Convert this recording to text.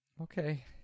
Okay